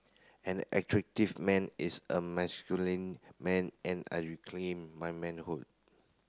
an attractive man is a masculine man and I reclaim my manhood